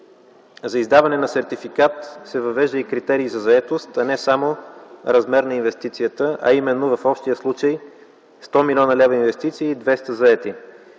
за издаване на сертификат се въвежда и критерий за заетост, а не само размер на инвестицията, а именно в общия случай 100 млн. лв. инвестиции и 200 заети;